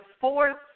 fourth